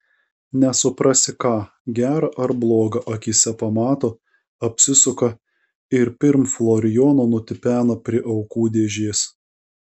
nesuprasi ką gera ar bloga akyse pamato apsisuka ir pirm florijono nutipena prie aukų dėžės